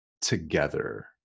together